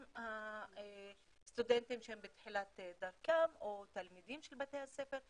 גם הסטודנטים שהם בתחילת דרכם או תלמידים בבתי הספר,